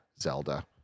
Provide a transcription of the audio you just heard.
Zelda